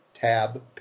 tab